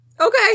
Okay